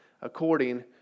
according